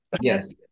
Yes